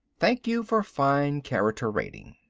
thank you for fine character rating.